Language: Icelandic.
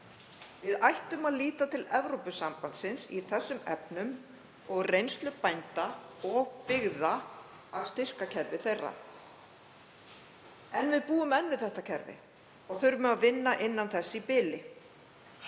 Við ættum að líta til Evrópusambandsins í þessum efnum og reynslu bænda og byggða að styrkjakerfi þeirra. En við búum enn við þetta kerfi og þurfum að vinna innan þess í bili.